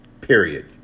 period